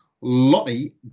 Lottie